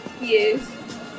Yes